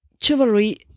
chivalry